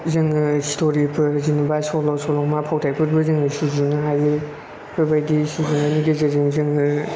जोङो स्ट'रिफोर जेन'बा सल' सल'मा फावथाइफोरबो जोङो सुजुनो हायो बेफोरबादि सुजुनायनि गेजेरजों जोङो